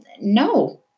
no